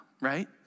right